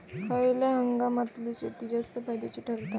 खयल्या हंगामातली शेती जास्त फायद्याची ठरता?